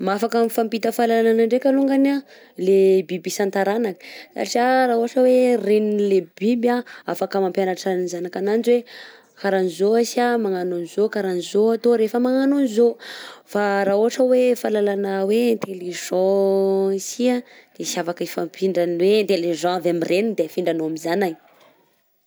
Mahafaka mifampita fahalalana ndreka alongany a le biby isan-taranaka satria raha ohatra hoe renin'ny le biby a afaka mampianatra ny zanak'ananjy hoe kara an'zao asia magnano an'zao kara an'zao atao rehefa magnano an'zao fa raha ohatra hoe fahalalana hoe intelligent sy an de tsy afaka hifampindrana hoe intelligent avy amin'ny reniny de afindranao amin'ny zanagny.